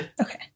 okay